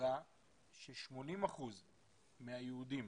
הראה ש-80% מהיהודים